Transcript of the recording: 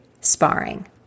sparring